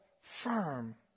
firm